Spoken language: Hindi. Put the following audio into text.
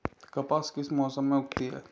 कपास किस मौसम में उगती है?